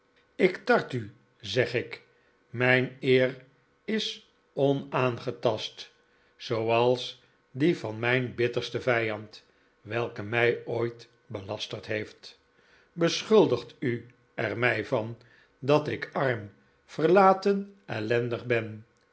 ik tart u zeg ik mijn eer is onaangetast zooals die van mijn bittersten vijand welke mij ooit belasterd heef t beschuldigt u er mij van dat ik arm verlaten ellendig ben